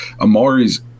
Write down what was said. Amari's